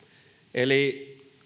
eli